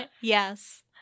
yes